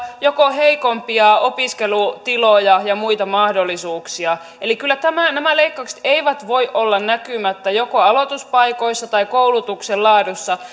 tai heikompia opiskelutiloja ja muita mahdollisuuksia eli kyllä nämä leikkaukset eivät voi olla näkymättä joko aloituspaikoissa tai koulutuksen laadussa